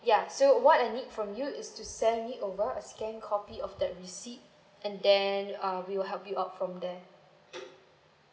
ya so what I need from you is to send me over a scanned copy of the receipt and then uh we will help you out from there